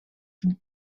and